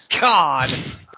God